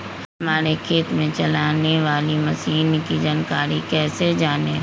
हमारे खेत में चलाने वाली मशीन की जानकारी कैसे जाने?